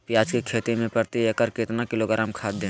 प्याज की खेती में प्रति एकड़ कितना किलोग्राम खाद दे?